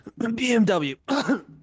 BMW